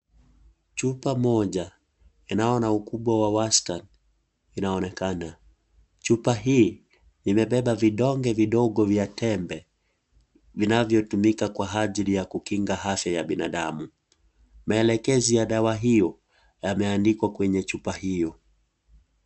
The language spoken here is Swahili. Chupa moja, inao na ukubwa wa wastan, inaonekana. Chupa hii, imebeba vidonge vidongo vya tembe, vinavyotumika kwa ajli ya kukinga afya ya binadamu. Melekezi ya dawa hiyo, yameandikwa kwenye chupa hiyo.